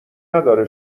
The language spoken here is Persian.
نداره